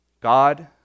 God